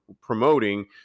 promoting